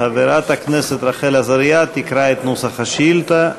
חברת הכנסת רחל עזריה תקרא את נוסח השאילתה.